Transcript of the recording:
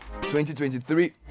2023